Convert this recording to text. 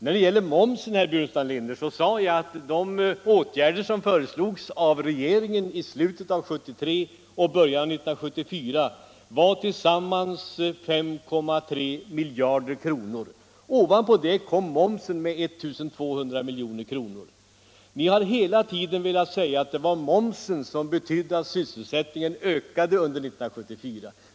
När det gäller momsen, herr Burenstam Linder, sade jag att de åtgärder som föreslogs av regeringen i slutet av 1973 och början av 1974 handlade om 5,3 miljarder kronor och ovanpå det kom momssänkningen med 1 200 milj.kr. Ni har hela tiden sagt att det var så gott som enbart momssänkningen som gjorde att sysselsättningen ökade under 1974.